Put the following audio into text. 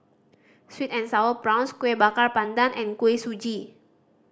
sweet and Sour Prawns Kueh Bakar Pandan and Kuih Suji